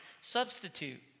substitute